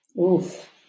Oof